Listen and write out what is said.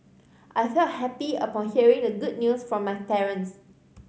I felt happy upon hearing the good news from my parents